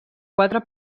quatre